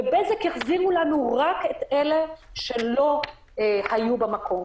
ו"בזק" יחזירו לנו רק את אלה שלא היו במקום,